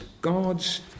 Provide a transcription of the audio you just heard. God's